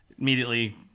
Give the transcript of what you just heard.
immediately